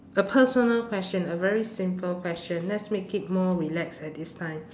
a personal question a very simple question let's make it more relaxed at this time